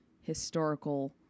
historical